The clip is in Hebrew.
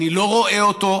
ואני לא רואה אותו.